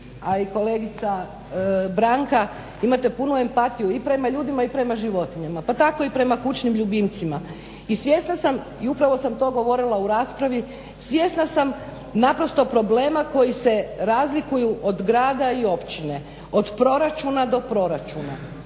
a i kolegica Branka, imate puno empatiju i prema ljudima i prema životinjama, pa tako i prema kućnim ljubimcima. I svjesna sam i upravo sam to govorila u raspravi, svjesna sam naprosto problema koji se razlikuju od grada i općine, od proračuna do proračuna,